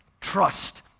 trust